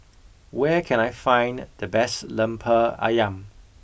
where can I find the best Lemper Ayam